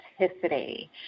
authenticity